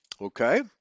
Okay